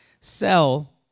sell